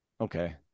okay